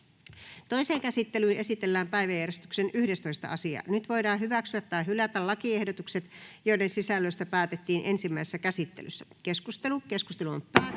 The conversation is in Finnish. Toiseen käsittelyyn esitellään päiväjärjestyksen 3. asia. Nyt voidaan hyväksyä tai hylätä lakiehdotukset, joiden sisällöstä päätettiin ensimmäisessä käsittelyssä. — Keskustelu.